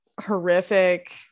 horrific